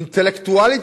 אינטלקטואלית,